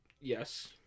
Yes